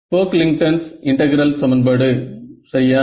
Pocklington's integral சமன்பாடு Pocklington's integral equation சரியா